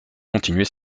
continuer